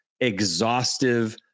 exhaustive